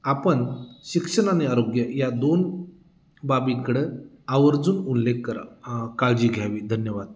आपण शिक्षण आणि आरोग्य या दोन बाबीकडं आवर्जून उल्लेख करा काळजी घ्यावी धन्यवाद